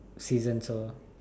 season so